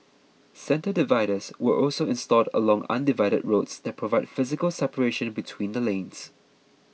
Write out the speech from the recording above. centre dividers were also installed along undivided roads that provide physical separation between the lanes